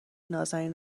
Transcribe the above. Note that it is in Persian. نازنین